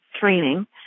training